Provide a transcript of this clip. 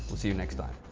see you next time.